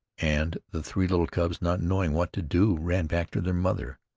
and the three little cubs, not knowing what to do, ran back to their mother.